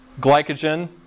glycogen